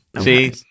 See